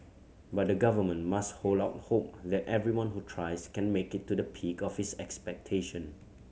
but the Government must hold out hope that everyone who tries can make it to the peak of his expectation